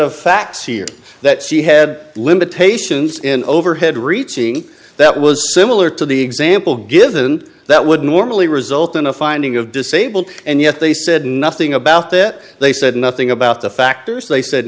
of facts here that she had limitations in overhead reaching that was similar to the example given that would normally result in a finding of disabled and yet they said nothing about that they said nothing about the factors they said